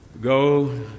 Go